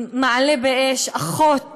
מעלה באש אחות